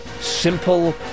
Simple